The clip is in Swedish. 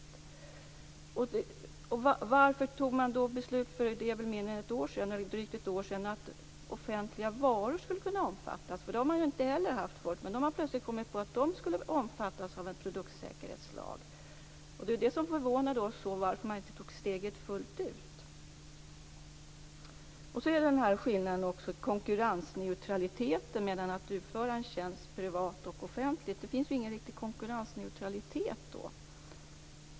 Varför fattade man beslut för mindre än ett år sedan om att offentliga varor skulle kunna omfattas? Så har man inte haft det förr, men nu kom man plötsligt fram till att de skulle omfattas av produktsäkerhetslagen. Det förvånade oss varför man inte tog steget fullt ut. Det finns ingen riktig konkurrensneutralitet mellan att utföra en tjänst privat och att utföra den i offentlig regi.